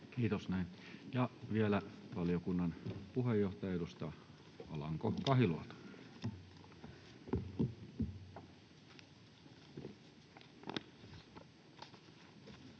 — Ja vielä valiokunnan puheenjohtaja, edustaja Alanko-Kahiluoto.